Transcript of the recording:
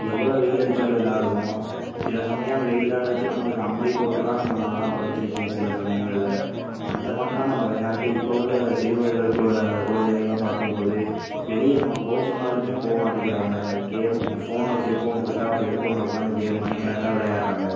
எவ்வளோ வெயில் அடித்தாலும் விளையாடுவோம் சில சமயம் வெயில்லாம் அடித்தி நம்மளுக்கு அம்மை போட்டுல்லாம் நம்ம நான்லாம் படுத்திருக்கேன் சில சமயங்களில் அந்தமாதிரிலா விளையாண்டு இப்போது உள்ள சிறுவர்கள் குழ குழந்தைகள்லாம் பார்க்கும்போது வெளியே நாம் போக சொன்னாலுமே போகமாட்டேக்குறாங்க கேம் ஃபோன் செல்போன் கொடுத்தா செல்போனில் உட்காந்து கேம் மணிக்கணக்காக விளையாடுறாங்க